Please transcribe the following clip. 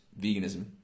veganism